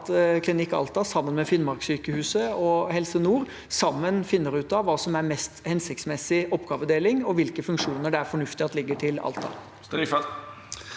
at Klinikk Alta sammen med Finnmarkssykehuset og Helse nord finner ut av hva som er mest hensiktsmessig oppgavedeling, og hvilke funksjoner det er fornuftig at ligger til Alta.